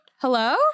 Hello